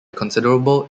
considerable